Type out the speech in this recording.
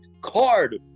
card